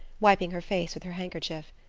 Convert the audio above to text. wiping her face with her handkerchief.